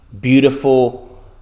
beautiful